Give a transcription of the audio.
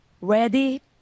ready